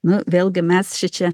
nu vėlgi mes šičia